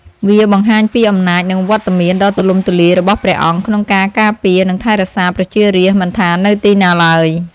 វាបង្ហាញពីអំណាច និងវត្តមានដ៏ទូលំទូលាយរបស់ព្រះអង្គក្នុងការការពារ និងថែរក្សាប្រជារាស្ត្រមិនថានៅទីណាឡើយ។